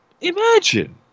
imagine